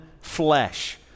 flesh